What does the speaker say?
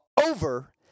over